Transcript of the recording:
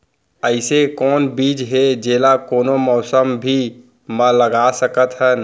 अइसे कौन बीज हे, जेला कोनो मौसम भी मा लगा सकत हन?